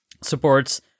supports